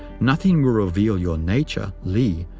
nothing will reveal your nature, li,